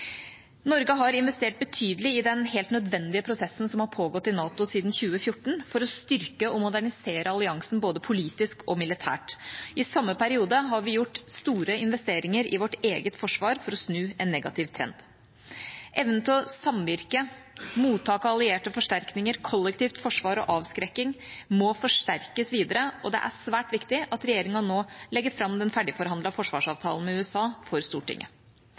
Norge har investert betydelig i den helt nødvendige prosessen som har pågått i NATO siden 2014 for å styrke og modernisere alliansen både politisk og militært. I samme periode har vi gjort store investeringer i vårt eget forsvar for å snu en negativ trend. Evnen til å samvirke, mottak av allierte forsterkninger, kollektivt forsvar og avskrekking må forsterkes videre, og det er svært viktig at regjeringa nå legger fram den ferdigforhandlede forsvarsavtalen med USA for Stortinget.